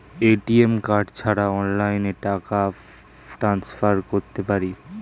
ATM card ছাড়া অনলাইনে টাকা টান্সফার করতে পারি?